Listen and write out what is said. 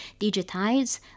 digitize